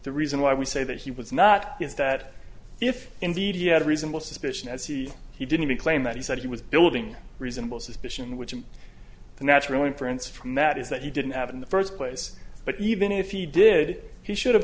the reason why we say that he was not is that if indeed he had a reasonable suspicion as he he didn't claim that he said he was building reasonable suspicion which is the natural inference from that is that he didn't have in the first place but even if he did he should have